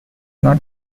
not